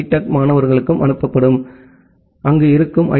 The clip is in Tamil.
டெக் மாணவர்களுக்கும் அனுப்பப்படும் அங்கு இருக்கும் ஐ